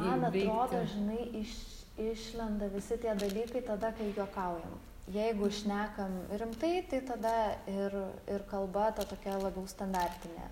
man atrodo žinai iš išlenda visi tie dalykai tada kai juokaujama jeigu šnekam rimtai tai tada ir ir kalba ta tokia labiau standartinė